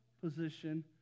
position